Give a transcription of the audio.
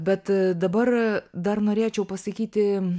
bet dabar dar norėčiau pasakyti